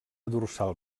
dorsal